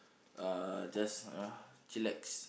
uh just uh chillax